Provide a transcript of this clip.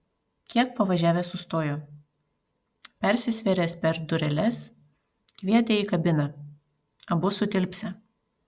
kiek pavažiavęs sustojo persisvėręs per dureles kvietė į kabiną abu sutilpsią